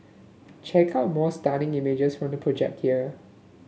check out more stunning images from the project here